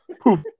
poof